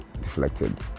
deflected